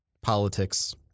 politics